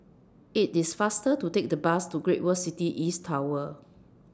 IT IS faster to Take The Bus to Great World City East Tower